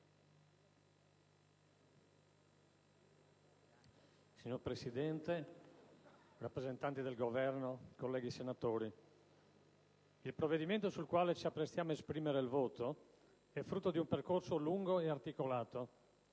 Signor Presidente, rappresentanti del Governo, colleghi senatori, il provvedimento sul quale ci apprestiamo ad esprimere il voto è frutto di un percorso lungo e articolato,